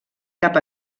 cap